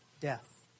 death